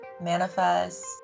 manifest